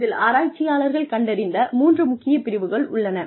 இதில் ஆராய்ச்சியாளர்கள் கண்டறிந்த மூன்று முக்கிய பிரிவுகள் உள்ளன